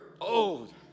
old